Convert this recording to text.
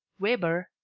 weber,